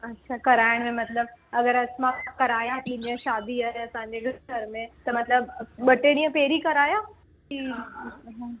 अच्छा कराइण में मतिलब अगरि अॼु मां करायां थी जीअं शादी आहे असांजे घर में त मतिलब ॿ टे ॾींहं पहिरीं करायां की हा